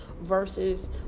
versus